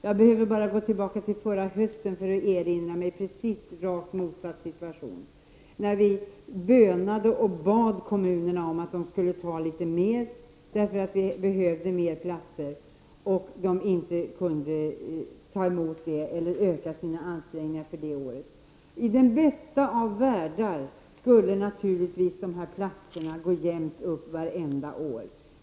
Jag behöver bara gå tillbaka till förra hösten för att erinra mig rakt motsatt situation. Vi bönade och bad kommunerna att de skulle åta sig litet mer därför att det behövdes fler platser, men de kunde inte öka sina ansträngningar det året. I den bästa av världar skulle det naturligtvis gå jämnt upp när det gäller de här platserna vartenda år.